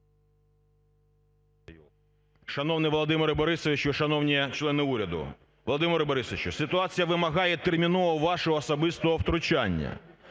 Шановний Володимире Борисовичу, шановні члени уряду! Володимире Борисовичу, ситуація вимагає терміново вашого особистого втручання.